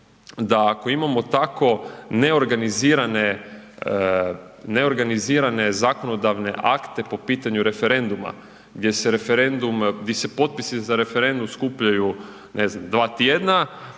da ako imamo tako neorganizirane zakonodavne akte po pitanju referendum, di se potpisi za referendum skupljaju, ne znam,